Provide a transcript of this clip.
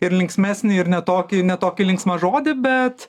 ir linksmesnį ir ne tokį ne tokį linksmą žodį bet